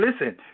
listen